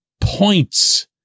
points